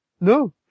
No